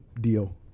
deal